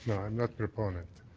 not proponent.